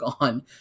gone